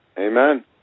Amen